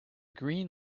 green